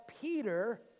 Peter